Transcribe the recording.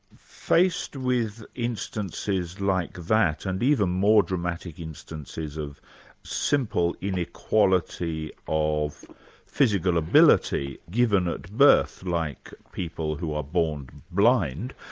faced with instances like that and even more dramatic instances of simple inequality of physical ability given at birth, like people who are born blind,